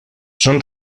són